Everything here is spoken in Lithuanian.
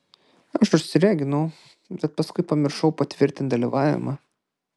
aš užsireginau bet paskui pamiršau patvirtint dalyvavimą